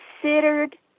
considered